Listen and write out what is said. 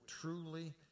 truly